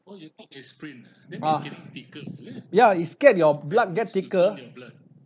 ah ya it scared your blood get thicker